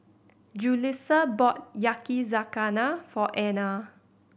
Julissa bought Yakizakana for Ana